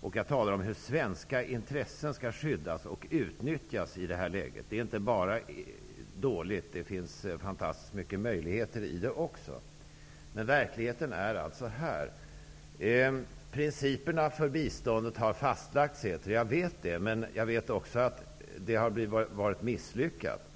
och jag talar om hur svenska intressen skall skyddas och utnyttjas i det här läget. Det finns också fantastiska möjligheter. Men verkligheten är här. Det sägs att principerna för biståndet har lagts fast. Jag vet det, men jag vet också att man har misslyckats med biståndet.